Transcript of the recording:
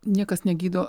niekas negydo